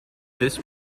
this